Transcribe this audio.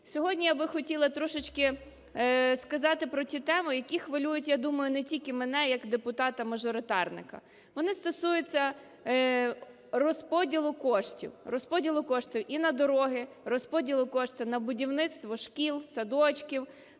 Сьогодні я би хотіла трошечки сказати про ті теми, які хвилюють, я думаю, не тільки мене як депутата-мажоритарника, вони стосуються розподілу коштів і на дороги, розподілу коштів на будівництво шкіл, садочків,